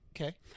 Okay